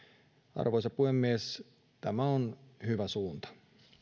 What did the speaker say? arvoisa puhemies tämä on hyvä suunta